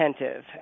attentive